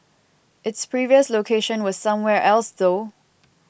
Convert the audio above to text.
its previous location was somewhere else though